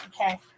Okay